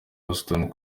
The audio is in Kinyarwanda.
houston